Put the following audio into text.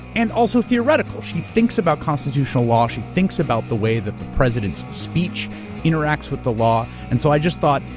and also theoretical, she thinks about constitutional law, she thinks about the way that the president's speech interacts with the law. and so i just thought,